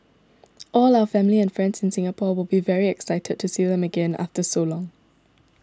all our family and friends in Singapore will be very excited to see them again after so long